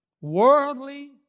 worldly